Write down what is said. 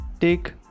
take